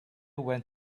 went